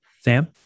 Sam